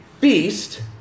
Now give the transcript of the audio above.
feast